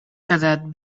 quedat